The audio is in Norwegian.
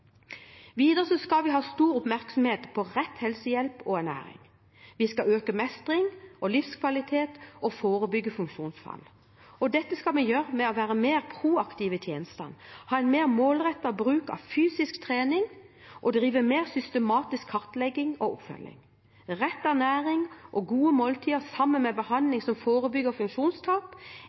Videre skal vi ha stor oppmerksomhet på rett helsehjelp og ernæring. Vi skal øke mestring og livskvalitet og forebygge funksjonsfall. Dette skal vi gjøre ved å være mer proaktive i tjenestene, ha en mer målrettet bruk av fysisk trening og drive mer systematisk kartlegging og oppfølging. Rett ernæring og gode måltider sammen med behandling som forebygger funksjonstap